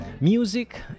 music